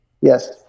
yes